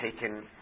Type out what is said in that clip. taken